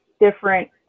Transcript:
different